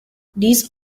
these